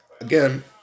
again